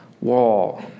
wall